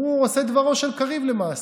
הוא עושה דברו של קריב למעשה.